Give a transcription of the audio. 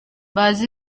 bazi